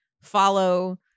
follow